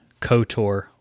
KOTOR